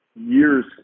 years